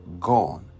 gone